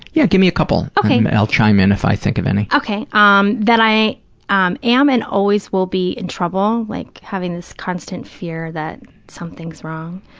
yeah, give me a couple and i'll chime in if i think of any. okay. um that i um am and always will be in trouble, like having this constant fear that something's wrong.